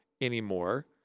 anymore